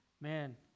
man